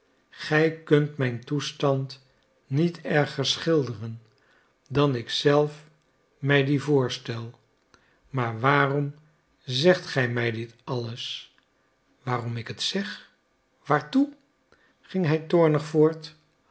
gij kunt mijn toestand niet erger schilderen dan ik zelf mij dien voorstel maar waarom zegt gij mij dit alles waarom ik het zeg waartoe ging hij toornig voort